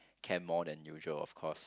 care more than usual of course